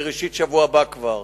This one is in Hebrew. בראשית השבוע הבא כבר